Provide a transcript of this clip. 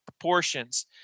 proportions